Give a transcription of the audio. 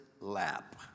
lap